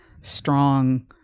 strong